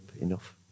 enough